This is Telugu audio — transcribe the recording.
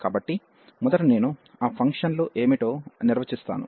కాబట్టి మొదట నేను ఆ ఫంక్షన్లు ఏమిటో నిర్వచిస్తాను